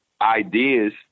ideas